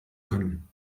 können